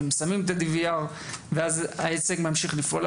שמים את ה-DVR ואז העסק ממשיך לפעול,